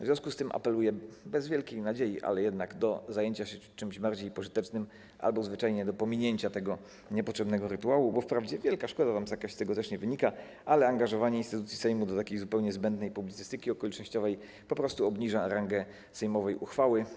W związku z tym apeluję bez wielkiej nadziei, ale jednak, o zajęcie się czymś bardziej pożytecznym albo zwyczajnie o pominięcie tego niepotrzebnego rytuału, bo wprawdzie wielka szkoda nam z tego też nie wynika, ale angażowanie instytucji Sejmu do takiej zupełnie zbędnej publicystyki okolicznościowej po prostu obniża rangę sejmowej uchwały.